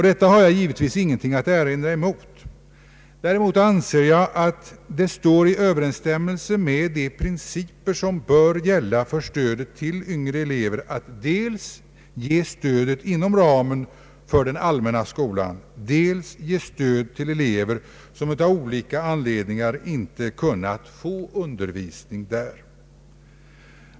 Detta har jag givetvis ingenting att erinra emot. Däremot anser jag att det står i överensstämmelse med de principer som bör gälla för stödet till yngre elever att dels ge stödet inom ramen för den allmänna skolan, dels ge stöd till elever som av olika anledningar inte kunnat få undervisning där.